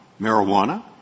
marijuana